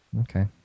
okay